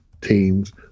teams